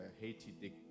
Haiti